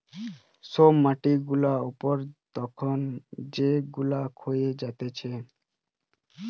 সব মাটি গুলা উপর তখন যেগুলা ক্ষয়ে যাতিছে